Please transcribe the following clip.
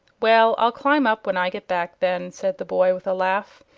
well, i'll climb up when i get back, then, said the boy, with a laugh.